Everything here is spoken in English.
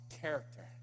character